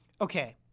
Okay